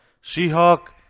She-Hulk